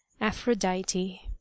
aphrodite